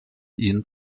ihn